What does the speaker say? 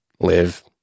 live